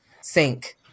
sink